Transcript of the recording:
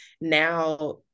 now